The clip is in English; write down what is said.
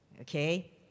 Okay